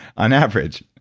on average,